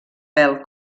vel